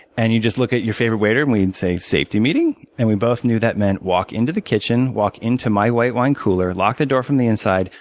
and you just look at your favorite waiter, and we'd say safety meeting. and we both knew that meant walk into the kitchen, walk into my white wine cooler, lock the door from the inside,